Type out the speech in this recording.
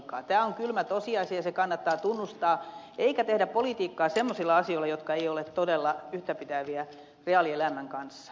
tämä on kylmä tosiasia se kannattaa tunnustaa eikä tehdä politiikkaa semmoisilla asioilla jotka eivät ole todella yhtäpitäviä reaalielämän kanssa